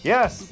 Yes